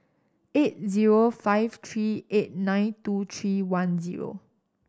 eight zero five three eight nine two three one zero